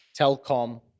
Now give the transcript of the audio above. Telcom